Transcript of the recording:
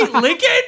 Lincoln